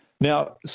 Now